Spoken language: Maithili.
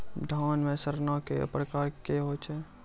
धान म सड़ना कै प्रकार के होय छै?